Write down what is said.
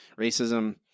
racism